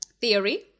theory